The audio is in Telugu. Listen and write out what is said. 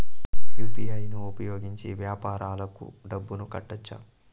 యు.పి.ఐ ను ఉపయోగించి వ్యాపారాలకు డబ్బులు కట్టొచ్చా?